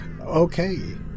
Okay